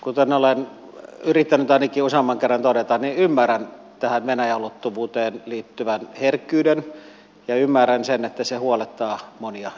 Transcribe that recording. kuten olen yrittänyt ainakin useamman kerran todeta ymmärrän tähän venäjä ulottuvuuteen liittyvän herkkyyden ja ymmärrän sen että se huolettaa monia ihmisiä